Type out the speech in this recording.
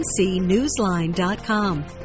ncnewsline.com